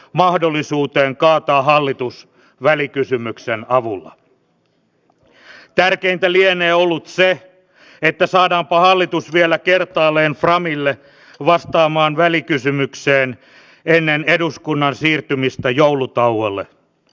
tilanteen saamiseksi hallintaan hallitus on onneksi päättänyt ryhtyä toimiin muun muassa vetovoimatekijöiden karsimiseksi käsittelyaikojen nopeuttamiseksi ja kielteisen päätöksen saaneiden hakijoiden tehokkaaksi palauttamiseksi